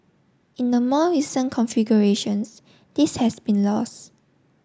in the more recent configurations this has been lost